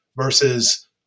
Versus